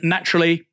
Naturally